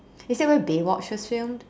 is that where Baywatch was filmed